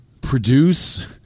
produce